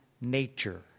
nature